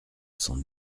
cent